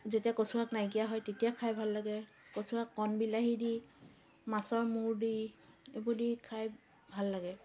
যেতিয়া কচুশাক নাইকীয়া হয় তেতিয়া খাই ভাল লাগে কচুশাক কণবিলাহী দি মাছৰ মূৰ দি এইবোৰ দি খাই ভাল লাগে